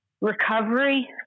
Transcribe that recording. recovery